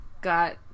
got